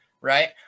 right